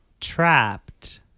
Trapped